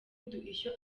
ishyo